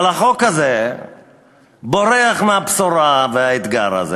אבל החוק הזה בורח מהבשורה ומהאתגר הזה